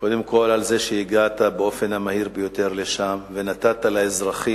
קודם כול על זה שהגעת לשם באופן המהיר ביותר ונתת לאזרחים